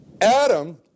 Adam